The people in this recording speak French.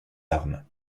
armes